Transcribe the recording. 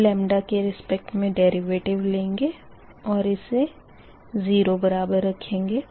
अब के रिस्पेक्ट मे डेरिवेटिव लेंगे और इसे 0 बराबर रखेंगे